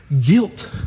guilt